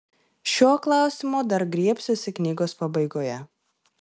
šio klausimo dar griebsiuosi knygos pabaigoje